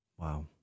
Wow